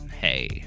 hey